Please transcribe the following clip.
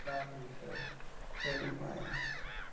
ᱵᱟᱯᱞᱟ ᱵᱤᱦᱟᱹ ᱥᱮ ᱱᱚᱜᱼᱚᱸᱭ